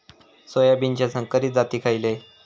सोयाबीनचे संकरित जाती खयले?